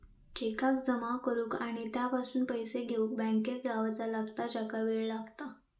चेकाक जमा करुक आणि त्यापासून पैशे घेउक बँकेत जावचा लागता ज्याका वेळ लागता